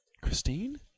Christine